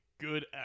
Good